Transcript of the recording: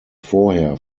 vorher